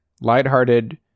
lighthearted